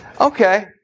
Okay